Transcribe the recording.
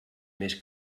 més